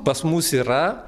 pas mus yra